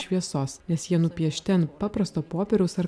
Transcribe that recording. šviesos nes jie nupiešti ant paprasto popieriaus ar